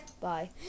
Bye